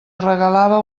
regalava